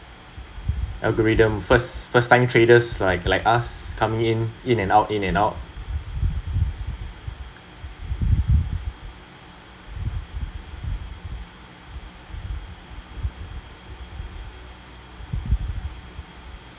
algorithm first first time traders like like us coming in in and out in and out